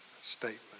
statement